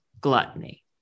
gluttony